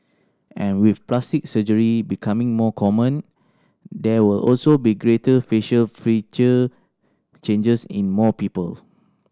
and with plastic surgery becoming more common there will also be greater facial feature changes in more people